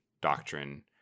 doctrine